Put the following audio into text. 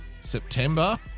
September